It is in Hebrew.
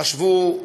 חשבו,